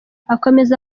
akomeza